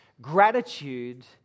gratitude